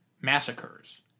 massacres